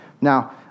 Now